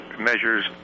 measures